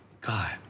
God